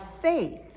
faith